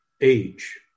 age